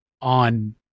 on